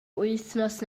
wythnos